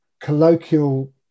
colloquial